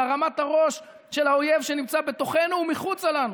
בהרמת הראש של האויב שנמצא בתוכנו ומחוצה לנו.